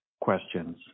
questions